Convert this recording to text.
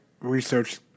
Research